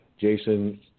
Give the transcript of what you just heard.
Jason